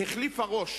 החליפה ראש